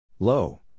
Low